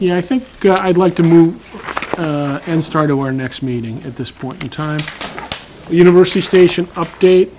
know i think i'd like to move on and start a war next meeting at this point in time university station update